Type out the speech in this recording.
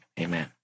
Amen